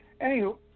Anywho